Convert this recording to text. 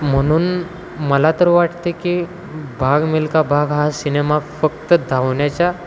म्हणून मला तर वाटते की भाग मिल्खा भाग हा सिनेमा फक्त धावण्याच्या